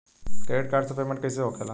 Credit card से payment कईसे होखेला?